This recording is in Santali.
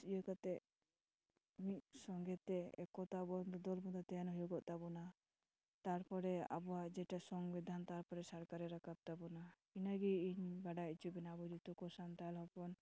ᱤᱭᱟᱹ ᱠᱟᱛᱮᱜ ᱢᱤᱫ ᱥᱚᱸᱜᱮ ᱛᱮ ᱮᱠᱚᱛᱟᱵᱚᱱ ᱵᱚᱫᱚᱞ ᱵᱚᱫᱚᱞ ᱛᱮᱭᱟᱱ ᱦᱩᱭᱩᱜᱚᱜ ᱛᱟᱵᱚᱱᱟ ᱛᱟᱨᱯᱚᱨᱮ ᱟᱵᱚᱣᱟᱜ ᱡᱮᱴᱟ ᱥᱚᱝᱵᱤᱫᱷᱟᱱ ᱛᱟᱨᱯᱚᱨᱮ ᱥᱚᱨᱠᱟᱨᱮ ᱨᱟᱠᱟᱵ ᱛᱟᱵᱚᱱᱟ ᱤᱱᱟᱹᱜᱮ ᱤᱧ ᱵᱟᱰᱟᱭ ᱚᱪᱚ ᱵᱮᱱᱟ ᱟᱵᱚ ᱡᱚᱛᱚ ᱠᱚ ᱥᱟᱱᱛᱟᱲ ᱦᱚᱯᱚᱱ